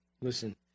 Listen